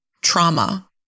trauma